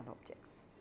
objects